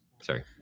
sorry